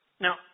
Now